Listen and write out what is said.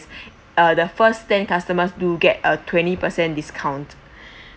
uh the first ten customers do get a twenty percent discount